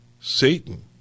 Satan